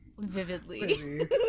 vividly